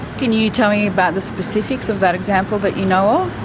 can you tell me about the specifics of that example that you know of?